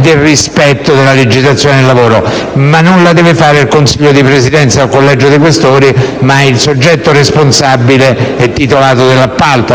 del rispetto della legislazione del lavoro. Non deve farlo il Consiglio di Presidenza o il Collegio dei senatori Questori, ma il soggetto responsabile e titolato dell'appalto.